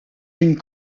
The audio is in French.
une